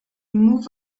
moved